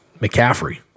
McCaffrey